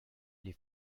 les